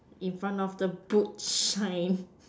in front of the boot shine